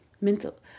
mental